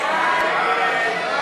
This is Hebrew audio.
סעיף 95,